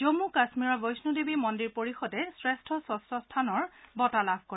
জন্মু কাশ্মীৰৰ বৈষ্ণদেৱী মন্দিৰ পৰিষদে শ্ৰেষ্ঠ স্বচ্ছ স্থানৰ বঁটা লাভ কৰে